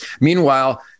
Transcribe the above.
Meanwhile